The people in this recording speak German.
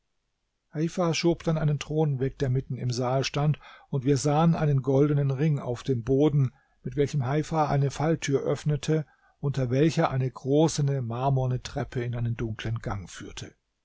schob dann einen thron weg der mitten im saal stand und wir sahen einen goldenen ring auf dem boden mit welchem heifa eine falltür öffnete unter welcher eine große marmorne treppe in einen dunklen gang führte